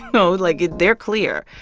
know, like, it they're clear.